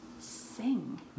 sing